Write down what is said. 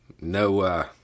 No